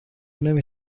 نمی